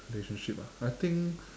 relationship ah I think